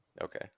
Okay